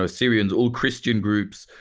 ah syrians, all christian groups,